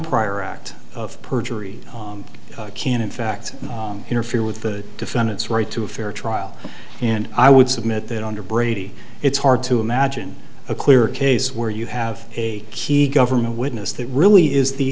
prior act of surgery can in fact interfere with the defendant's right to a fair trial and i would submit that under brady it's hard to imagine a clear case where you have a key government witness that really is the